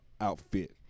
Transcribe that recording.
outfit